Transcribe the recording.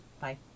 Bye